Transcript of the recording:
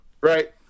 right